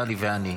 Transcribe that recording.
טלי ואני.